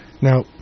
Now